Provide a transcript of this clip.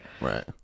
Right